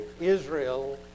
Israel